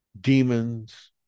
demons